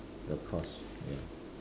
the cost you know